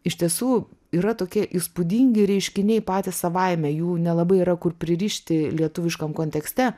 iš tiesų yra tokie įspūdingi reiškiniai patys savaime jų nelabai yra kur pririšti lietuviškam kontekste